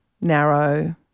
narrow